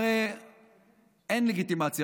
הרי אין לגיטימציה.